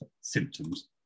symptoms